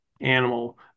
animal